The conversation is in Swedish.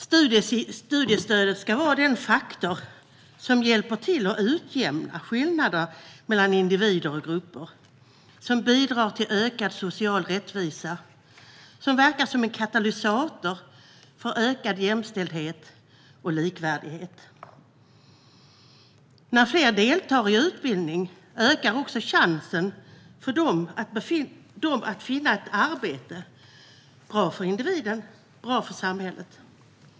Studiestödet ska vara den faktor som hjälper till att utjämna skillnader mellan individer och grupper, som bidrar till ökad social rättvisa, som verkar som en katalysator för ökad jämställdhet och likvärdighet. När fler deltar i utbildning ökar också chansen för dem att finna ett arbete. Det är bra för individen och samhället.